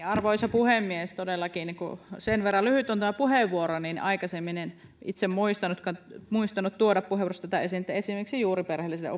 arvoisa puhemies todellakin kun sen verran lyhyitä ovat nämä puheenvuorot en aikaisemmin itse muistanut muistanut tuoda puheenvuorossa tätä esiin että esimerkiksi juuri perheelliselle